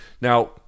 now